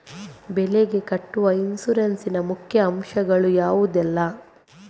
ಬೆಳೆಗೆ ಕಟ್ಟುವ ಇನ್ಸೂರೆನ್ಸ್ ನ ಮುಖ್ಯ ಅಂಶ ಗಳು ಯಾವುದೆಲ್ಲ?